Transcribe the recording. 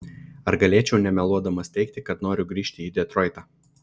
ar galėčiau nemeluodamas teigti kad noriu grįžti į detroitą